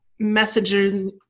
messaging